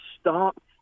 stop